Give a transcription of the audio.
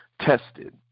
tested